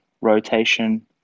rotation